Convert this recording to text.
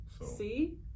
See